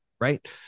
right